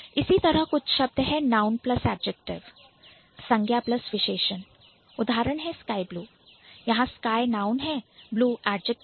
इसी तरह कुछ शब्द Noun plus Adjective noun plus adjective संज्ञा प्लस विशेषण होते हैं उदाहरण SkyBlue स्काई ब्लू यहां Sky है नाउन और Blue है एडजेक्टिव